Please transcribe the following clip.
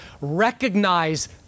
Recognize